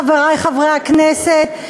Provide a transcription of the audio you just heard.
חברי חברי הכנסת,